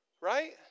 Right